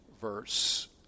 verse